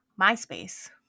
MySpace